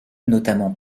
notamment